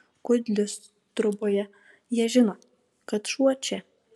kudlius troboje jie žino kad šuo čia